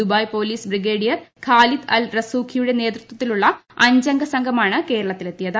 Dubai police brigadier Khalid al റസൂഖിയുടെ നേതൃത്വത്തിലുള്ള അഞ്ചംഗ സംഘമാണ് കേരളത്തിലെത്തിയത്